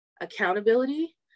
accountability